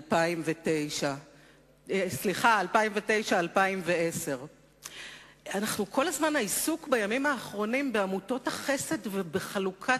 2010-2009. העיסוק בימים האחרונים בעמותות החסד ובחלוקת